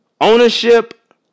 ownership